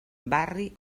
barri